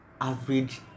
average